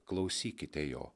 klausykite jo